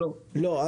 לא.